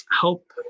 help